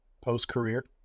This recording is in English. post-career